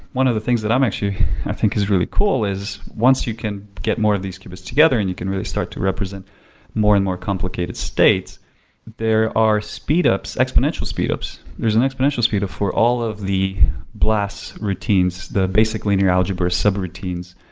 one of the things that i am actually i think is really cool is once you can get more of this qubits together and you can really start to represent more and more complicated states there are speedups, exponential speedups. there's an exponential speedup for all of the blast routines, the basic linear algebra sub-routines